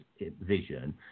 vision